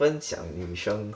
分享女生